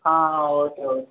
ah okay okay